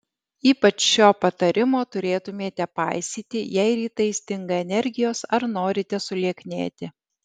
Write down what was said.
ypač šio patarimo turėtumėte paisyti jei rytais stinga energijos ar norite sulieknėti